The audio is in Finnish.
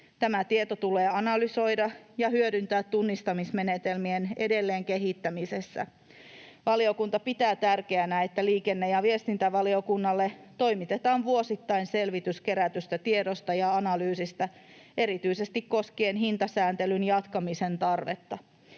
Tämä tieto tulee analysoida ja hyödyntää tunnistamismenetelmien edelleen kehittämisessä. Valiokunta pitää tärkeänä, että liikenne- ja viestintävaliokunnalle toimitetaan vuosittain selvitys kerätystä tiedosta ja analyysistä erityisesti koskien hintasääntelyn jatkamisen tarvetta.